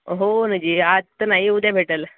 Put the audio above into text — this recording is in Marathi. हो नं जी आज तर नाही उद्या भेटंल